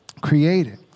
created